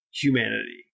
humanity